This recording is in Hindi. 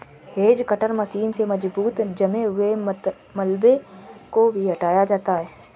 हेज कटर मशीन से मजबूत जमे हुए मलबे को भी हटाया जाता है